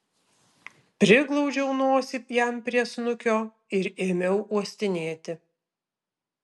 priglaudžiau nosį jam prie snukio ir ėmiau uostinėti